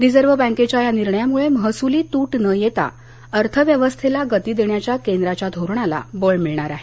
reserve बँकेच्या या निर्णयामुळे महसुली तूट न येता अर्थव्यवस्थेला गती देण्याच्या केंद्राच्या धोरणाला बळ मिळणार आहे